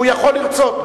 הוא יכול לרצות.